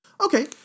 Okay